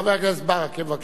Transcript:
חבר הכנסת ברכה, בבקשה.